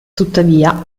tuttavia